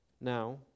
Now